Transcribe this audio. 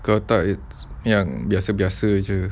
kalau tak yang biasa-biasa jer